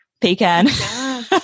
pecan